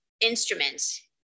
instruments